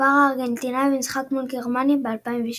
קופרה הארגנטינאי במשחק מול גרמניה ב-2006.